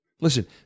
Listen